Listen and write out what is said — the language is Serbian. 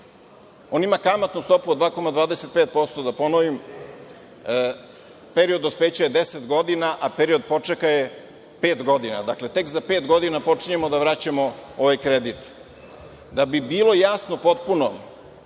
On ima kamatnu stopu od 2,25%, da ponovim, period dospeća je deset godina, a period počeka je pet godina. Dakle, za pet godina počinjemo da vraćamo ovaj kredit. Da bi bilo jasno potpuno